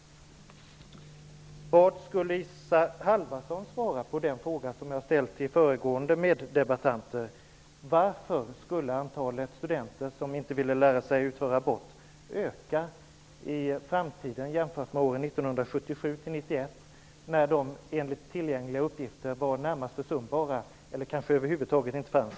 Jag vill gärna veta vad Isa Halvarsson svarar på den fråga som jag ställde till föregående meddebattörer: Varför skulle antalet studenter som inte vill lära sig utföra abort öka i framtiden, jämfört med åren 1977--1991, när de enligt tillgängliga uppgifter var närmast försumbara eller kanske över huvud taget inte fanns?